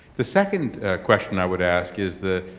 the second question i would ask is the,